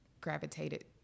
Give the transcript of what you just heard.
gravitated